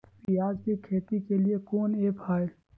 प्याज के खेती के लिए कौन ऐप हाय?